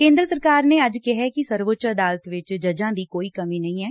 ਕੇਦਰ ਸਰਕਾਰ ਨੇ ਅੱਜ ਕਿਹੈ ਕਿ ਸਰਵਊੱਚ ਅਦਾਲਤ ਵਿਚ ਜੱਜ ਦੀ ਕੋਈ ਕਮੀ ਨਹੀ ਐ